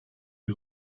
yüz